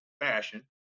fashion